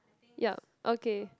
ya okay